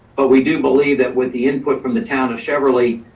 but we do believe that with the input from the town of cheverly,